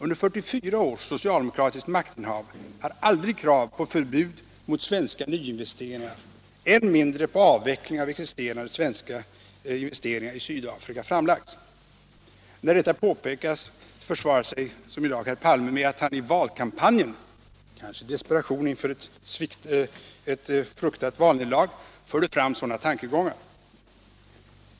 Under 44 års socialdemokratiskt maktinnehav har aldrig krav på förbud mot svenska nyinvesteringar, än mindre på avveckling av existerande svenska investeringar i Sydafrika, framlagts. När detta påpekats försvarar sig herr Palme med att han i valkampanjen — kanske i desperation inför ett fruktat valnederlag — förde fram sådana tankegångar.